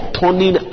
turning